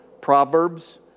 Proverbs